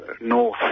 north